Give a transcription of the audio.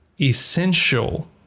essential